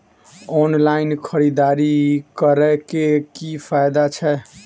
Online खरीददारी करै केँ की फायदा छै?